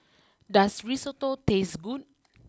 does Risotto taste good